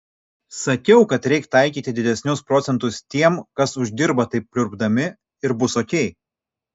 sakiau kad reik taikyti didesnius procentus tiem kas uždirba taip pliurpdami ir bus okei